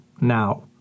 now